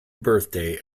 birthday